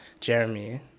Jeremy